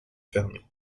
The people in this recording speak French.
fermés